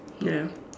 ya